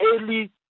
early